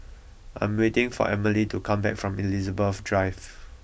I am waiting for Emilie to come back from Elizabeth Drive